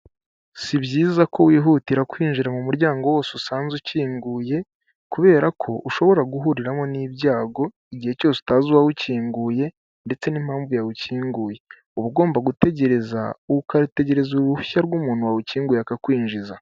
Si byiza ko wihutira kwinjira mu muryango wose usanze ukinguye, kubera ko ushobora guhuriramo n'ibyago igihe cyose utazi uwawukinguye ndetse n'impamvu yawukinguye, uba ugomba gutegereza ukategereza uruhushya rw'umuntu wawukinguye akakwinjiza.